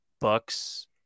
Buck's